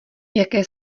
jaké